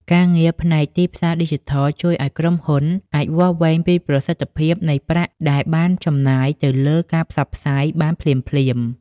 ការងារផ្នែកទីផ្សារឌីជីថលជួយឱ្យក្រុមហ៊ុនអាចវាស់វែងពីប្រសិទ្ធភាពនៃប្រាក់ដែលបានចំណាយទៅលើការផ្សព្វផ្សាយបានភ្លាមៗ។